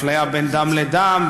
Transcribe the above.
ועל אפליה בין דם לדם,